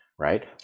right